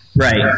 Right